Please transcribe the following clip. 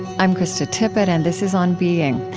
i'm krista tippett, and this is on being.